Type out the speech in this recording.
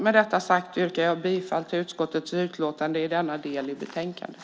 Med detta sagt yrkar jag på godkännande av utskottet utlåtande i denna del i betänkandet.